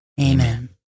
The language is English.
Amen